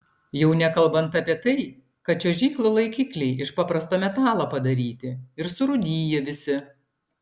jau nekalbant apie tai kad čiuožyklų laikikliai iš paprasto metalo padaryti ir surūdiję visi